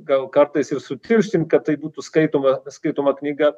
gal kartais ir sutirštint kad tai būtų skaitoma skaitoma knyga